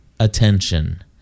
attention